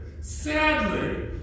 sadly